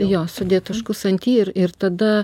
jo sudėt taškus ant i ir ir tada